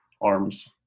arms